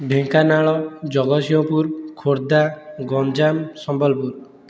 Dhenkanal Jagatsinghpur Khordha Ganjam Sambalpur